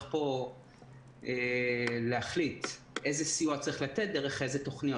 פה להחליט איזה סיוע צריך לתת ודרך איזה תוכניות.